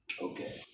Okay